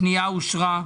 הפנייה אושרה.